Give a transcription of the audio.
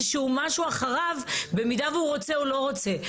שהוא משהו אחריו במידה והוא רוצה או לא רוצה.